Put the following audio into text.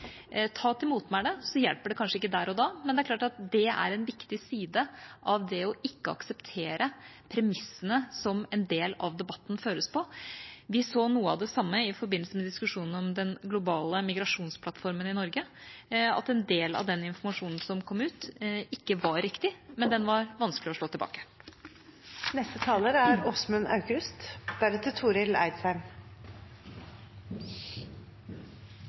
ta ordet hver gang noen fremmer noe som åpenbart er uriktig. Ta til motmæle! Det hjelper kanskje ikke der og da, men det er en viktig side av det ikke å akseptere premissene som en del av debatten føres på. Vi så noe av det samme i forbindelse med diskusjonen om den globale migrasjonsplattformen i Norge, at en del av den informasjonen som kom ut, ikke var riktig – men den var vanskelig å slå